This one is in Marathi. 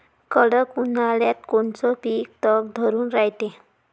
कडक उन्हाळ्यात कोनचं पिकं तग धरून रायते?